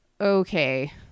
okay